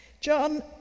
John